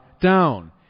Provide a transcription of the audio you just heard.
down